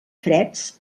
freds